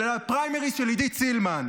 אלא לפריימריז של עידית סילמן.